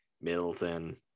Milton